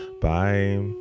bye